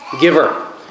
Giver